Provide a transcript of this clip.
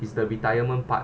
it's the retirement part